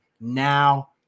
now